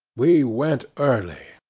we went early,